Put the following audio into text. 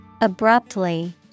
Abruptly